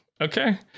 Okay